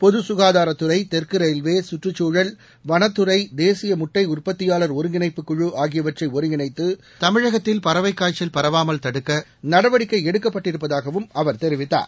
பொது சுகாதாரத் துறை தெற்கு ரயில்வே சுற்றுச்சூழல் வனத்துறை தேசிய முட்டை உற்பத்தியாளா் ஒருங்கிணைப்புக் குழு ஆகியவற்றை ஒருங்கிணைத்து தமிழகத்தில் பறவை காய்ச்சல் பரவாமல் தடுக்க நடவடிக்கை எடுக்கப்பட்டிருப்பதாகவும் அவர் தெரிவித்தார்